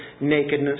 nakedness